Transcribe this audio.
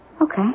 Okay